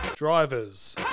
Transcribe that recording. Drivers